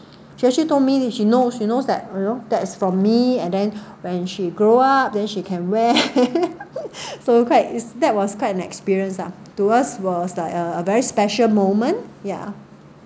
>she actually told me that she knows she knows that you know that it's from me and then when she grow up then she can wear so quite it's that was quite an experience ah to us was like a a very special moment ya